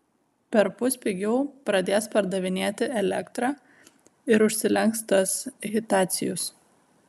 perpus pigiau pradės pardavinėti elektrą ir užsilenks tas hitacius